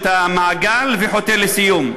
את המעגל וחותר לסיום.